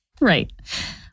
Right